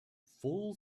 full